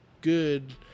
good